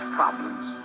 problems